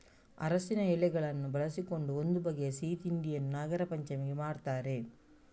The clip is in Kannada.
ಅರಸಿನ ಎಲೆಗಳನ್ನು ಬಳಸಿಕೊಂಡು ಒಂದು ಬಗೆಯ ಸಿಹಿ ತಿಂಡಿಯನ್ನ ನಾಗರಪಂಚಮಿಗೆ ಮಾಡ್ತಾರೆ